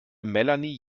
melanie